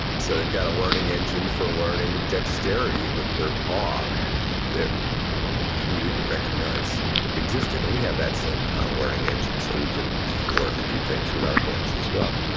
so they've got a learning engine for learning dexterity with their paw that we didn't recognize existed and we have that same kind of learning engine so we can learn to do things with our hands as well,